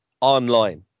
online